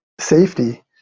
safety